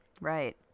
right